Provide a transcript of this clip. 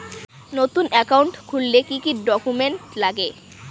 নতুন একাউন্ট খুলতে কি কি ডকুমেন্ট লাগে?